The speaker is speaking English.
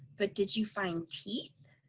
but did you find teeth?